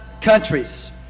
countries